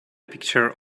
picture